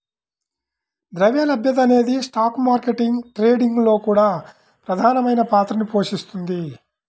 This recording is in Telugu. ద్రవ్య లభ్యత అనేది స్టాక్ మార్కెట్ ట్రేడింగ్ లో కూడా ప్రధానమైన పాత్రని పోషిస్తుంది